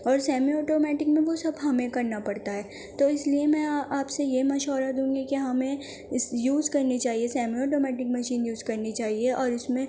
اور semi automatic میں وہ سب ہمیں کرنا پڑتا ہے تو اس لیے میں آپ سے یہ مشورہ دوں گی کہ ہمیں اس یوز کرنی چاہیے سیمی آٹومیٹک مشین یوز کرنی چاہیے اور اس میں